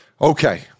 Okay